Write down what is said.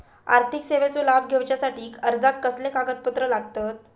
आर्थिक सेवेचो लाभ घेवच्यासाठी अर्जाक कसले कागदपत्र लागतत?